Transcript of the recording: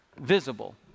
visible